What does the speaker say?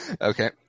Okay